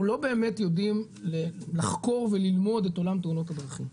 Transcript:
אנחנו לא באמת יודעים לחקור וללמוד את עולם תאונות הדרכים.